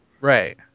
right